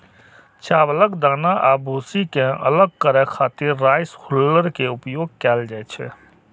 चावलक दाना आ भूसी कें अलग करै खातिर राइस हुल्लर के उपयोग कैल जाइ छै